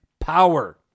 power